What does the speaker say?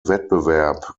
wettbewerb